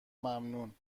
ممنون